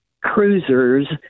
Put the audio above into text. Cruisers